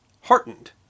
heartened